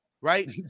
right